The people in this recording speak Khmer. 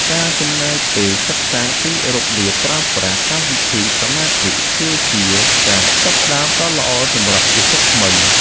ការចំណាយពេលសិក្សាពីរបៀបប្រើប្រាស់កម្មវិធីសមាធិគឺជាការចាប់ផ្តើមដ៏ល្អសម្រាប់ជីវិតថ្មី។